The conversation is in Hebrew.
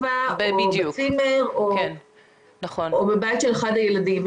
אם היא בטבע או בצימר או בבית של אחד הילדים.